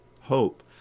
Hope